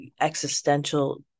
existential